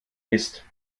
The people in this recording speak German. mist